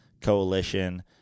Coalition